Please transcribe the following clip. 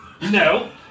No